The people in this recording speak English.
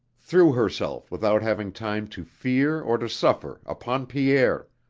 threw herself without having time to fear or to suffer upon pierre,